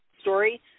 story